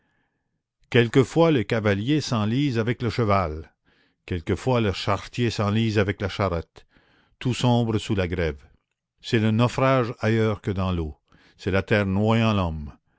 quelquefois le cavalier s'enlise avec le cheval quelquefois le charretier s'enlise avec la charrette tout sombre sous la grève c'est le naufrage ailleurs que dans l'eau c'est la terre noyant l'homme